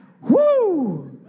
Woo